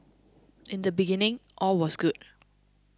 in the beginning all was good